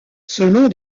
selon